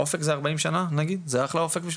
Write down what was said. אופק הוא ארבעים שנה, נניח, זה אחלה אופק.